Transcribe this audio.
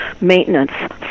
maintenance